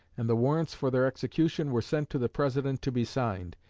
and the warrants for their execution were sent to the president to be signed.